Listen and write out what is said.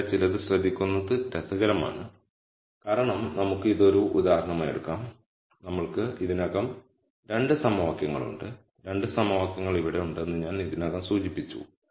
ഇവിടെ ചിലത് ശ്രദ്ധിക്കുന്നത് രസകരമാണ് കാരണം നമുക്ക് ഇത് ഒരു ഉദാഹരണമായി എടുക്കാം നമ്മൾക്ക് ഇതിനകം 2 സമവാക്യങ്ങളുണ്ട് 2 സമവാക്യങ്ങൾ ഇവിടെ ഉണ്ടെന്ന് ഞാൻ ഇതിനകം സൂചിപ്പിച്ചു